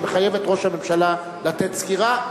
שמחייב את ראש הממשלה לתת סקירה.